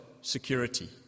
security